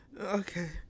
okay